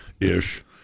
Ish